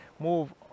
move